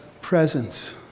presence